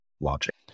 logic